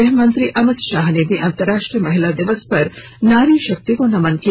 गृहमंत्री अमित शाह ने भी अंतर्राष्ट्रीय महिला दिवस पर नारी शक्ति को नमन किया